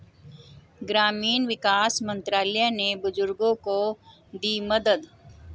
ग्रामीण विकास मंत्रालय ने बुजुर्गों को दी मदद